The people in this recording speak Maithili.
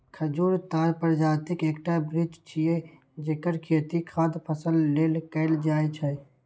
खजूर ताड़ प्रजातिक एकटा वृक्ष छियै, जेकर खेती खाद्य फल लेल कैल जाइ छै